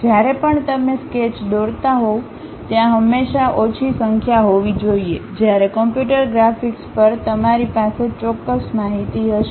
જ્યારે પણ તમે સ્કેચ દોરતા હોવ ત્યાં હંમેશા ઓછી સંખ્યા હોવી જોઈએ જ્યારે કમ્પ્યુટર ગ્રાફિક્સ પર તમારી પાસે ચોક્કસ માહિતી હશે